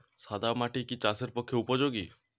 সাদা মাটি কি চাষের পক্ষে উপযোগী?